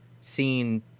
seen